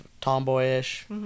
tomboyish